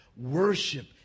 worship